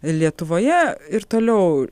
lietuvoje ir toliau